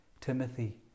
Timothy